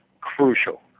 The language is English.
crucial